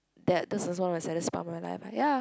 that this is one of the saddest part of my life but ya